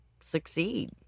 succeed